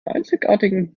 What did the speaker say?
einzigartigen